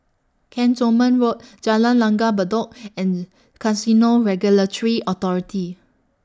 Cantonment Road Jalan Langgar Bedok and Casino Regulatory Authority